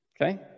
Okay